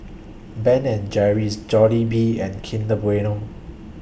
Ben and Jerry's Jollibean and Kinder Bueno